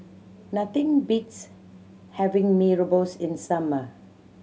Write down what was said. nothing beats having Mee Rebus in summer